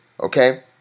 okay